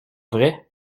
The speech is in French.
vrai